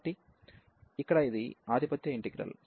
కాబట్టి ఇక్కడ ఇది ఆధిపత్య ఇంటిగ్రల్